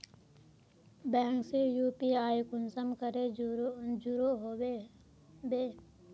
Bank से UPI कुंसम करे जुड़ो होबे बो?